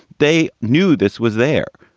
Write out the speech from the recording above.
they knew this was there.